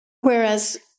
Whereas